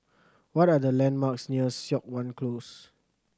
what are the landmarks near Siok Wan Close